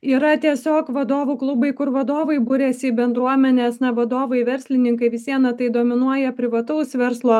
yra tiesiog vadovų klubai kur vadovai buriasi į bendruomenes na vadovai verslininkai vis viena tai dominuoja privataus verslo